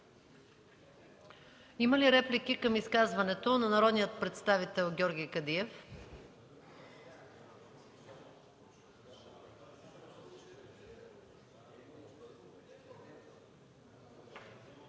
Има ли реплики към изказването на народния представител Георги Кадиев?